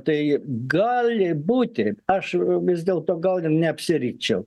tai gali būti aš vis dėlto gal ir neapsirikčiau